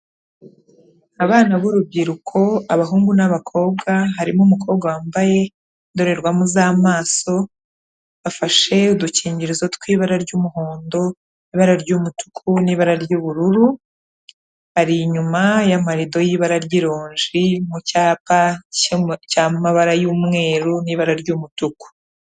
Abana bu'urubyiruko abahungu n'abakobwa harimo umukobwa wambaye indorerwamo z'amaso bafashe udukingirizo tw'ibara ry'umuhondo ibara ry'umutuku n'ibara ry'ubururu ari inyuma ya marido y'ibara ry'ironji mu cyapa cy'amabara y'umweru n'ibara ry'umutuku.